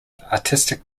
artistic